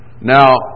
Now